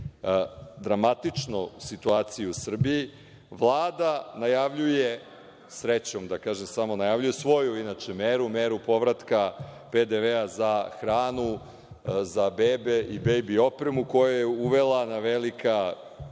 dramatičnu situaciju u Srbiji, Vlada najavljuje, srećom, da kažem, samo najavljuje, svoju meru, meru povratka PDV-a za hranu za bebe i bebi opremu, koju je uvela na velika